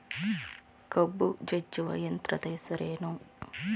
ಕಬ್ಬು ಜಜ್ಜುವ ಯಂತ್ರದ ಹೆಸರೇನು?